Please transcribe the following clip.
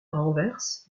anvers